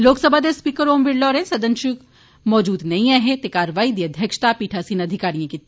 लोकसभा दे स्पीकर ओम बिरला होर सदन इच मौजूद नेई हे ते कारवाई दी अध्यक्षता पीठासीन अधिकारिएं कीती